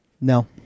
No